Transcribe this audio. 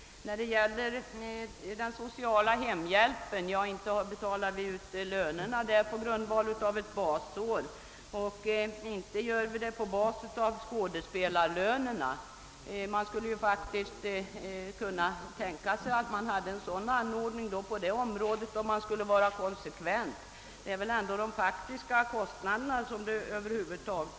När det gäller den sociala hemhjälpen betalas det inte ut statsbidrag på grundval av kostnadsnivån under ett basår, och inte heller tar man skådespelarlönerna till underlag för lönerna till sociala hemhjälpen. Man skulle kunna tänka sig en sådan ordning om man skall vara konsekvent, men det är väl ändå de faktiska kostnaderna som bör utgöra underlag.